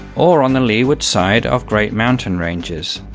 or on the leeward side of great mountain ranges,